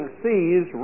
sees